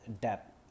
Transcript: Debt